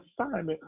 assignment